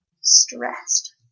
stressed